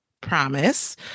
promise